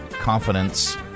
confidence